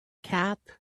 cat